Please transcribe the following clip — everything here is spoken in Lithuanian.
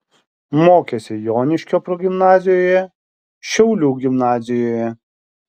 mokėsi joniškio progimnazijoje šiaulių gimnazijoje